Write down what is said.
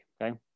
okay